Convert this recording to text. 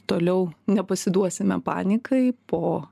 toliau nepasiduosime panikai po